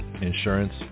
insurance